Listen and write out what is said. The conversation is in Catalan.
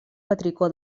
petricó